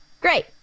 great